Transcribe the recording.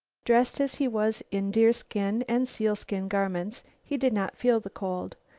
dressed as he was in deerskin and sealskin garments, he did not feel the cold.